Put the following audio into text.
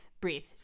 breathe